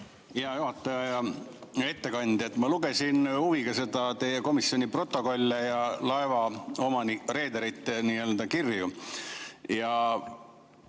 Hea ettekandja! Ma lugesin huviga seda teie komisjoni protokolli ja laevaomanike, reederite kirju.